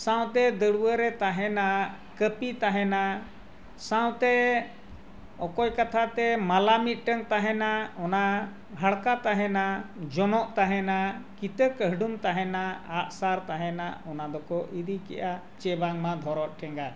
ᱥᱟᱶᱛᱮ ᱫᱟᱹᱣᱟᱲᱟᱹᱨᱮ ᱛᱟᱦᱮᱱᱟ ᱠᱟᱹᱯᱤ ᱛᱟᱦᱮᱱᱟ ᱥᱟᱶᱛᱮ ᱚᱠᱚᱭ ᱠᱟᱛᱷᱟ ᱛᱮ ᱢᱟᱞᱟ ᱢᱤᱫᱴᱟᱝ ᱛᱟᱦᱮᱱᱟ ᱚᱱᱟ ᱦᱟᱲᱠᱟ ᱛᱟᱦᱮᱱᱟ ᱡᱚᱱᱚᱜ ᱛᱟᱦᱮᱱᱟ ᱠᱤᱛᱟᱹ ᱠᱟᱹᱰᱷᱩᱢ ᱛᱟᱦᱮᱱᱟ ᱟᱜᱼᱥᱟᱨ ᱛᱟᱦᱮᱱᱟ ᱚᱱᱟ ᱫᱚᱠᱚ ᱤᱫᱤ ᱠᱮᱜᱼᱟ ᱥᱮ ᱵᱟᱝᱢᱟ ᱫᱷᱚᱨᱚᱢ ᱴᱷᱮᱸᱜᱟ